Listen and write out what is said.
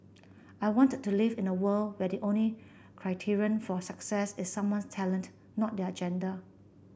I wanted to live in a world where the only criterion for success is someone's talent not their gender